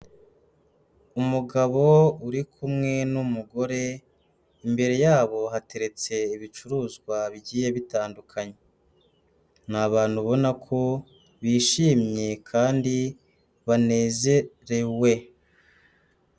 Umugabo uri kumwe n'umugore, imbere yabo hateretse ibicuruzwa bigiye bitandukanye, ni abantu ubona ko bishimye kandi banezerewe.